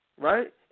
right